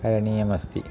करणीयमस्ति